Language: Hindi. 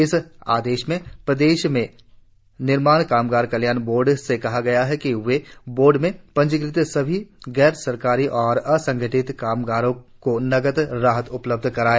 इस आदेश में प्रदेश में निर्माण कामगार कल्याण बोर्ड से कहा है कि वे बोर्ड में पंजीक़त सभी गैर सरकारी और असंगठित कामगारों को नकद राहत उपलब्ध कराए